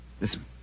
Listen